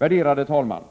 Herr talman!